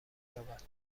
یابد